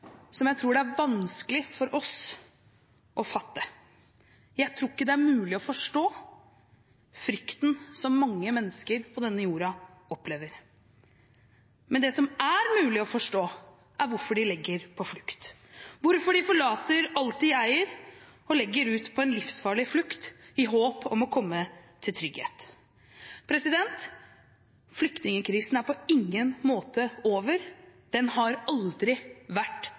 som jeg tror det er vanskelig for oss å fatte. Jeg tror ikke det er mulig å forstå frykten som mange mennesker på denne jorden opplever. Men det som er mulig å forstå, er hvorfor de legger på flukt, hvorfor de forlater alt de eier og legger ut på en livsfarlig flukt i håp om å komme til trygghet. Flyktningkrisen er på ingen måte over. Den har aldri vært